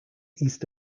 east